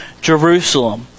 Jerusalem